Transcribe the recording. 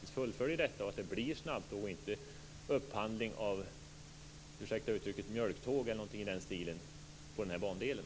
Riksdagen måste nu tala om att det är angeläget att det blir snabbtåg och inte upphandling av, ursäkta uttrycket, mjölktåg eller någonting i den stilen på den här bandelen.